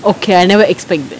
okay I never expect